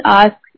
ask